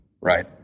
right